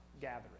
gathering